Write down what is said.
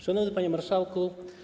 Szanowny Panie Marszałku!